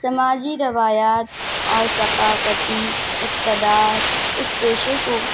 سماجی روایات اور ثقافتی اقتدار اس پیشے کو